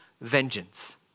vengeance